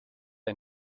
ein